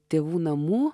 tėvų namų